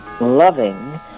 loving